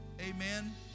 amen